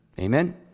Amen